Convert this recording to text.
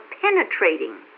penetrating